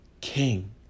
king